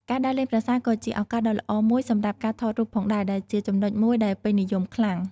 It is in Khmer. ការដើរលេងប្រាសាទក៏ជាឱកាសដ៏ល្អមួយសម្រាប់ការថតរូបផងដែរ ដែលជាចំណុចមួយដែលពេញនិយមខ្លាំង។